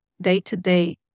day-to-day